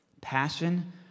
passion